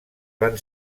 van